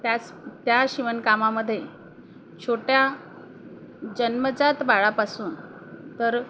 त्याच त्या शिवणकामामधे छोट्या जन्मजात बाळापासून तर